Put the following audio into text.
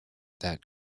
that